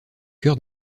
cœur